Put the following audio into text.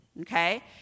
okay